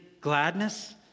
gladness